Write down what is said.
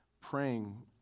praying